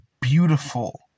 beautiful